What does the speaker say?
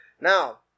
Now